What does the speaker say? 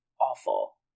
awful